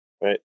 right